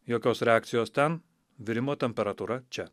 jokios reakcijos ten virimo temperatūra čia